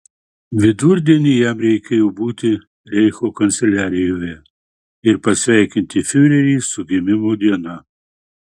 vidurdienį jam reikėjo būti reicho kanceliarijoje ir pasveikinti fiurerį su gimimo diena